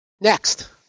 Next